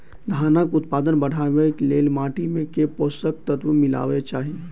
धानक उत्पादन बढ़ाबै लेल माटि मे केँ पोसक तत्व मिलेबाक चाहि?